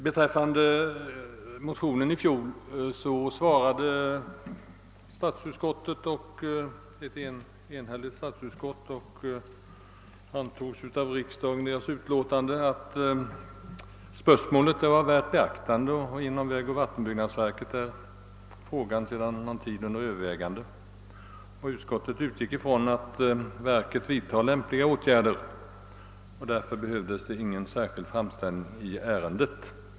Beträffande fjolårsmotionen anförde ett enhälligt statsutskott i sitt av riksdagen sedermera antagna utlåtande att spörsmålet var värt beaktande och att frågan sedan någon tid varit under övervägande inom vägoch vattenbyggnadsverket. Utskottet utgick från att verket skulle vidta lämpliga åtgärder och att det därför inte behövdes någon särskild framställning i ärendet.